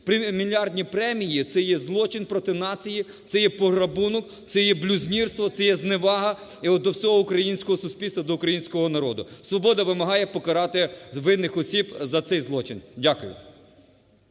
мільярдні премії – це є злочин проти нації, це єпограбунок, це блюзнірство, це є зневага до всього українського суспільства, українського народу. "Свобода" вимагає покарати винних осіб за цей злочин. Дякую.